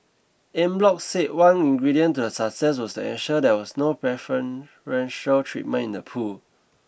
Eng Bock said one ingredient to the success was to ensure there was no preferential treatment in the pool